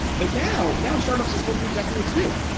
but now now starbucks has told you exactly what to do,